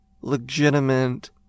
legitimate